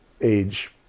age